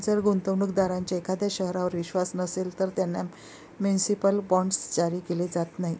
जर गुंतवणूक दारांचा एखाद्या शहरावर विश्वास नसेल, तर त्यांना म्युनिसिपल बॉण्ड्स जारी केले जात नाहीत